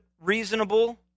reasonable